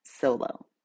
solo